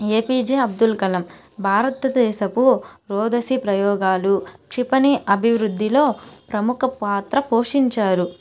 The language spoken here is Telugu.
ఏపీజే అబ్దుల్ కలాం భారతదేశపు రోధశీ ప్రయోగాలు క్షిపణి అభివృద్ధిలో ప్రముఖ పాత్ర పోషించారు